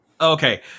Okay